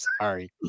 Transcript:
sorry